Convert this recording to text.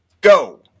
go